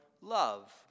love